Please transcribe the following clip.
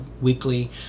weekly